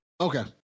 Okay